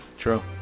true